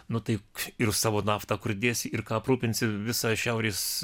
nu tai ir savo naftą kur dėsi ir ką aprūpinsi visą šiaurės